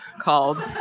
called